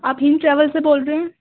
آپ ہند ٹریول سے بول رہے ہیں